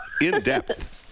In-depth